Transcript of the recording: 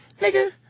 nigga